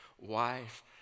wife